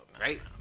right